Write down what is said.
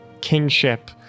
kinship